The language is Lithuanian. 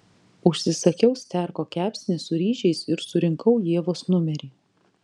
užsisakiau sterko kepsnį su ryžiais ir surinkau ievos numerį